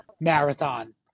marathon